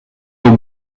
aux